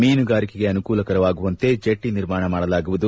ಮೀನುಗಾರಿಕೆಗೆ ಅನುಕೂಲವಾಗುವಂತೆ ಜೆಟ್ಟಿ ನಿರ್ಮಾಣ ಮಾಡಲಾಗುವುದು